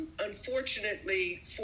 Unfortunately